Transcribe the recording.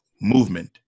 movement